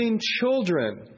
children